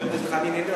מכיוון שחנין איננו,